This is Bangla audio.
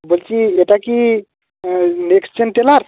বলছি এটা কি নেক্সটজেন টেলার্স